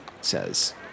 says